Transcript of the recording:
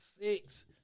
six